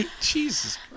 Jesus